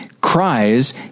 Cries